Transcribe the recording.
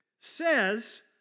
says